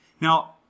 Now